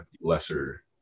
lesser